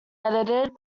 edited